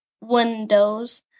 windows